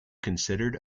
considered